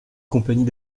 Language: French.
compagnies